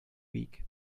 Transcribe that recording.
week